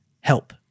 help